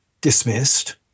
dismissed